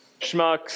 schmucks